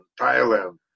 Thailand